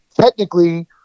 technically